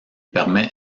permet